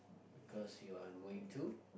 because you are going to